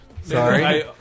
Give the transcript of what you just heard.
Sorry